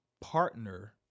Partner